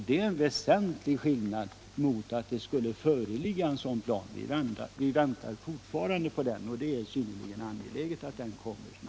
Det är en väsentlig skillnad mellan detta och att det skulle föreligga en plan. Vi väntar fortfarande på den, och det är synnerligen angeläget att den kommer snabbt.